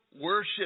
Worship